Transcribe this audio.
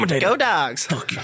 go-dogs